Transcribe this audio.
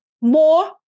more